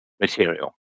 material